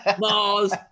Mars